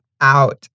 out